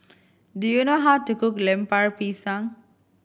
do you know how to cook Lemper Pisang